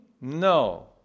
No